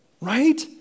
Right